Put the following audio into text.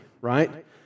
right